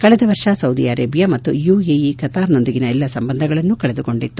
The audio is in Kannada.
ಕಳೆದ ವರ್ಷ ಸೌದಿ ಅರೇಬಿಯಾ ಮತ್ತು ಯುಎಇ ಕತಾರ್ನೊಂದಿಗಿನ ಎಲ್ಲಾ ಸಂಬಂಧಗಳನ್ನು ಕಡಿದುಕೊಂಡಿತ್ತು